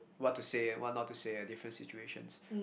what to say and what not to say at different situations